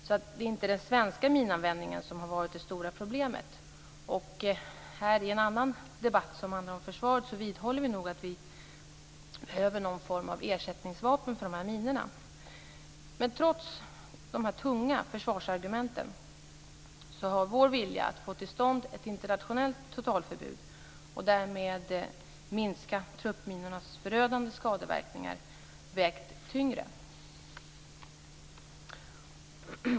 Det är inte den svenska minanvändningen som har varit det stora problemet. I en debatt om försvaret vidhåller vi att vi behöver någon form av ersättningsvapen för minorna. Trots de tunga försvarsargumenten har vår vilja att få till stånd ett internationellt totalförbud, och därmed minska truppminornas förödande skadeverkningar, vägt tyngre.